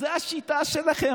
זו השיטה שלכם.